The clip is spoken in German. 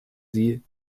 sie